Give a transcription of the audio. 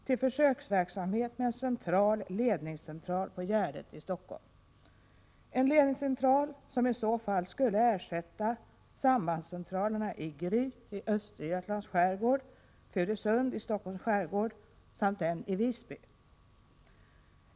till försöksverksamhet med en regional ledningscentral på Gärdet i Stockholm, vilken i så fall skulle ersätta sambandscentralerna i Gryt i Östergötlands skärgård, Furusund i Stockholms skärgård samt den i Visby.